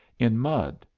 in mud,